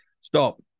Stop